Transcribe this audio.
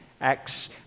Acts